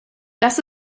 das